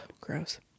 gross